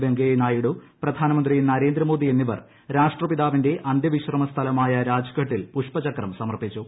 വെങ്കയ്യ നായിഡു പ്രധാനമന്ത്രി നരേന്ദ്ര മോദി എന്നിവർ രാഷ്ട്രപിതാവിന്റെ അന്ത്യവിശ്രമ സ്ഥലമായ രാജ്ഘട്ടിൽ പുഷ്പചക്രം സമർപ്പിച്ചു